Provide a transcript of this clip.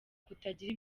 kutagira